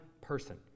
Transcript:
person